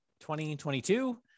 2022